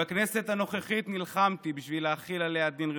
בכנסת הנוכחית נלחמתי בשביל להחיל עליה דין רציפות.